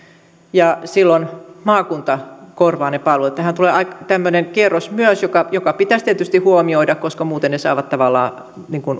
ja silloin maakunta korvaa ne palvelut tähän tulee tämmöinen kierros myös joka joka pitäisi tietysti huomioida koska muuten ne saavat tavallaan